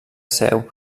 seu